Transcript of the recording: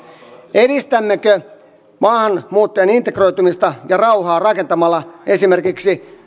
edistämmekö maahanmuuttajien integroitumista ja rauhaa esimerkiksi